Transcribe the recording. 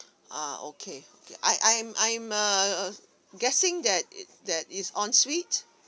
ah okay okay I I'm I'm err guessing that it that is ensuite